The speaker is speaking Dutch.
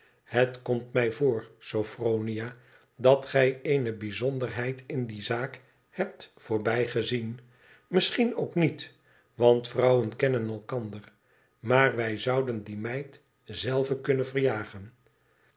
het komt mij voor sophronia dat gij eene bijzonderheid in die zaak hebt voorbijgezien misschien ook niet want vrouwen kennen elkander maar wij zouden die meid zelve kunnen verjagen